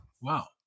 Wow